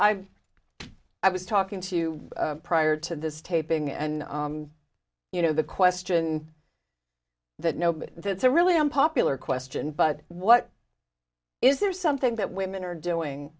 i've i was talking to prior to this taping and you know the question that nobody that's a really unpopular question but what is there something that women are doing